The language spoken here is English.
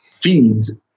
feeds